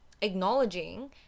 acknowledging